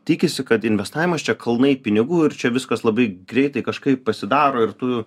tikisi kad investavimas čia kalnai pinigų ir čia viskas labai greitai kažkaip pasidaro ir tu